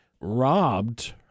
robbed